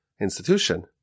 institution